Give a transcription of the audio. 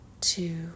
two